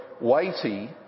weighty